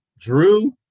Drew